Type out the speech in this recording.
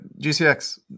GCX